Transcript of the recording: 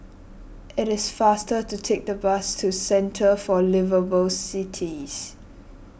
it is faster to take the bus to Centre for Liveable Cities